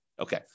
Okay